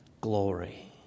glory